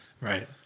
Right